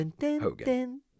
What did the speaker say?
Hogan